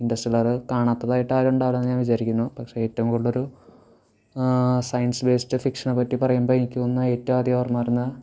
Interstellar കാണാത്തതായിട്ട് ആരുമുണ്ടാവൂല്ലാന്ന് ഞാൻ വിചാരിക്കുന്നു പക്ഷേ ഏറ്റവും കൂടുതൽ ഒരു സയൻസ് ബേസ്ഡ് ഫിക്ഷനെ പറ്റി പറയുമ്പോൾ എനിക്ക് തോന്നുന്ന ഏറ്റവും ആദ്യം ഓർമ്മ വരുന്ന